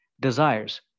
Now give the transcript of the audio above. desires